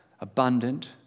abundant